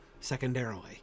secondarily